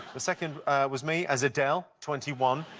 the second was me as adele, twenty one.